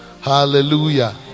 Hallelujah